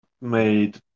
made